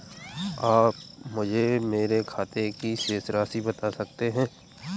आप मुझे मेरे खाते की शेष राशि बता सकते हैं?